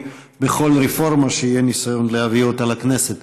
בכל רפורמה שיהיה ניסיון להביא לכנסת.